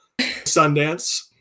Sundance